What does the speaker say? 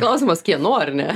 klausimas kieno ar ne